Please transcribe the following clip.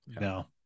no